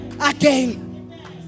Again